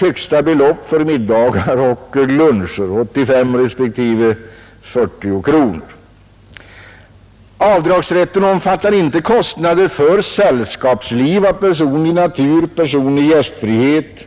Högsta belopp för middagar och luncher har, som herr Bergqvist sade, fastställts till 85 respektive 40 kronor. Avdragsrätten omfattar inte kostnader för sällskapsliv av personlig 139 natur, personlig gästfrihet